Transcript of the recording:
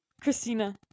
Christina